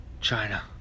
China